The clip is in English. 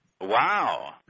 Wow